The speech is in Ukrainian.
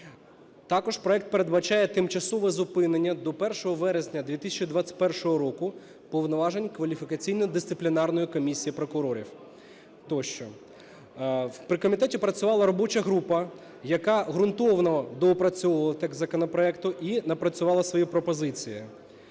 Також проект передбачає тимчасове зупинення до 1 вересня 2021 року повноважень Кваліфікаційно-дисциплінарної комісії прокурорів тощо. При комітеті працювала робоча група, яка ґрунтовно доопрацьовувала текст законопроекту і напрацювала свої пропозиції,